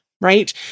right